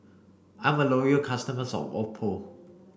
I'm a loyal customer of Oppo